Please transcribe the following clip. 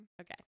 Okay